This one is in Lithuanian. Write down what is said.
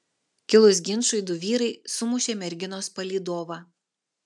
kilus ginčui du vyrai sumušė merginos palydovą